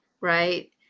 right